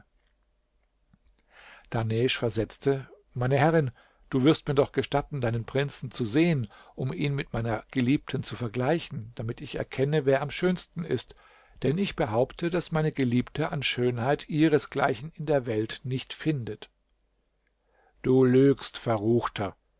dahnesch versetzte meine herrin du wirst mir doch gestatten deinen prinzen zu sehen um ihn mit meiner geliebten zu vergleichen damit ich erkenne wer am schönsten ist denn ich behaupte daß meine geliebte an schönheit ihresgleichen in der welt nicht findet du lügst verruchter